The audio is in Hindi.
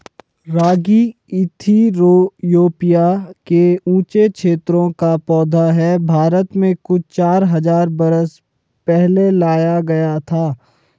रागी इथियोपिया के ऊँचे क्षेत्रों का पौधा है भारत में कुछ चार हज़ार बरस पहले लाया गया था